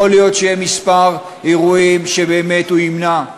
יכול להיות שיהיו כמה אירועים שבאמת הוא ימנע,